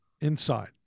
Inside